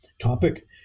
topic